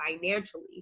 financially